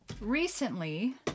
recently